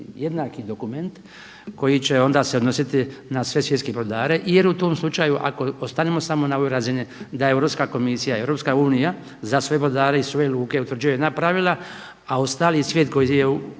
jednaki dokument koji će onda se odnositi na sve svjetske brodare jer u tom slučaju ako ostanemo samo na ovoj razini da Europska komisija, Europska unija za sve brodare i sve luke utvrđuje jedna pravila a ostali svijet koji je